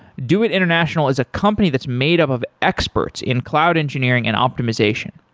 doit international is a company that's made up of experts in cloud engineering and optimization.